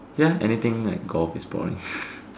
ya anything like golf is boring